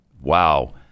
Wow